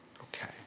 Okay